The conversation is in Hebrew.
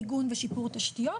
מיגון ושיפור תשתיות,